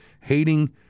hating